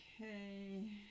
Okay